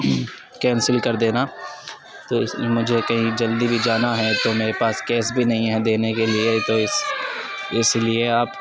cancel کر دینا تو مجھے کہیں جلدی بھی جانا ہے تو میرے پاس کیش بھی نہیں ہے دینے کے لیے تو اس لیے آپ